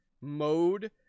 mode